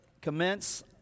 commence